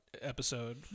Episode